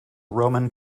roman